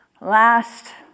last